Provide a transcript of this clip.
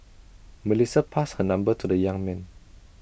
Melissa passed her number to the young man